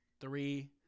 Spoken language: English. three